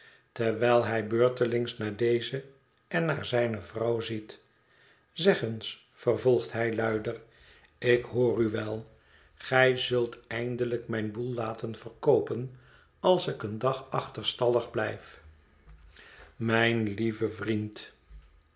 terwijl hij beurtelings naar dezen en naar zijne vrouw ziet zeg eens vervolgt hij luider ik hoor u wel gij zult eindelijk mijn boel laten verkoopea als ik een dag achterstallig blijf mijn lieve vriend